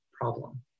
problem